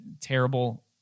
terrible